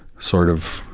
sort of,